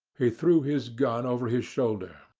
he threw his gun over his shoulder,